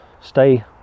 stay